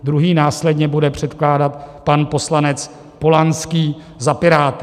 Druhý následně bude předkládat pan poslanec Polanský za Piráty.